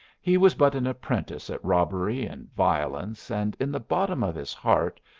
he was but an apprentice at robbery and violence, and in the bottom of his heart,